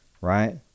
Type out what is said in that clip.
Right